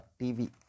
TV